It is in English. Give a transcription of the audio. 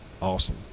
awesome